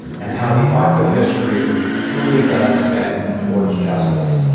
and how the arc of history truly does bend towards justice.